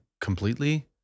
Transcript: completely